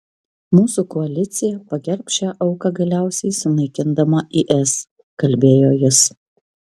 mūsų koalicija pagerbs šią auką galiausiai sunaikindama is kalbėjo jis